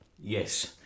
Yes